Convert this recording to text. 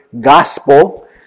gospel